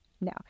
no